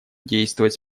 действовать